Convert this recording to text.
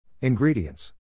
Ingredients